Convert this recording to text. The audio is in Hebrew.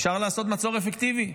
אפשר לעשות מצור אפקטיבי.